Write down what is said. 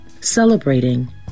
celebrating